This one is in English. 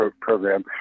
program